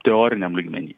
teoriniam lygmeny